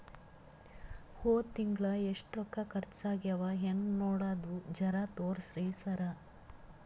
ಹೊದ ತಿಂಗಳ ಎಷ್ಟ ರೊಕ್ಕ ಖರ್ಚಾ ಆಗ್ಯಾವ ಹೆಂಗ ನೋಡದು ಜರಾ ತೋರ್ಸಿ ಸರಾ?